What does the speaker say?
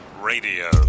Radio